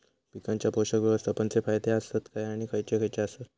पीकांच्या पोषक व्यवस्थापन चे फायदे आसत काय आणि खैयचे खैयचे आसत?